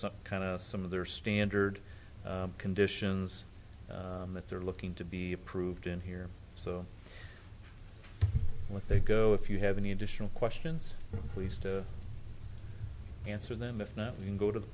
some kind of some of their standard conditions that they're looking to be approved in here so with they go if you have any additional questions please to answer them if not you can go to the